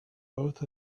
both